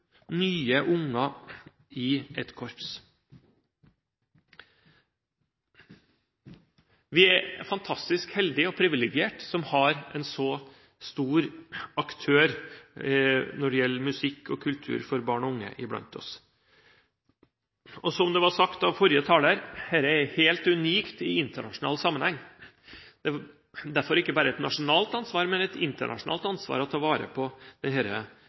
nye barn i et korps. Vi er fantastisk heldige og privilegerte som har en så stor aktør når det gjelder musikk og kultur for barn og unge, iblant oss. Som det ble sagt av forrige taler: Dette er helt unikt i internasjonal sammenheng. Det er derfor ikke bare et nasjonalt ansvar, men et internasjonalt ansvar å ta vare på